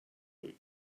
group